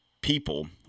people